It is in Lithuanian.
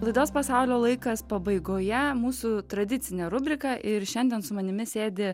laidos pasaulio laikas pabaigoje mūsų tradicinė rubrika ir šiandien su manimi sėdi